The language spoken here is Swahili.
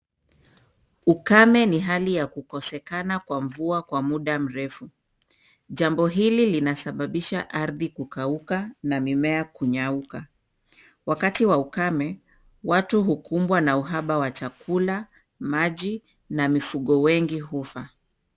Ukame ni hali ya kukosekana kwa mvua kwa muda mrefu. Jambo hili lina sababisha ardhi kukauka na mimea kunyauka , wakati wa ukame watu hukubwa na uhaba wa chakula, maji na mifugo wengi hufa.